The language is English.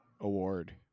award